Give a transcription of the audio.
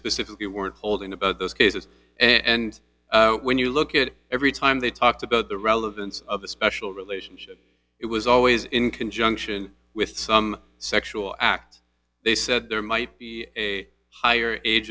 specifically weren't told in about those cases and when you look at it every time they talked about the relevance of the special relationship it was always in conjunction with some sexual act they said there might be a higher age